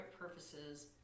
purposes